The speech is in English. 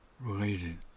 related